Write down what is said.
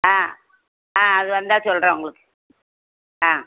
ஆ ஆ அது வந்தால் சொல்கிறேன் உங்களுக்கு ஆ